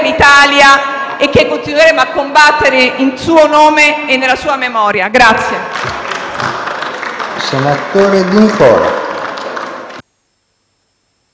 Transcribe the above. l'Italia e che continueremo a combattere in suo nome e nella sua memoria.